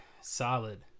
solid